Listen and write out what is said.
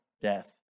death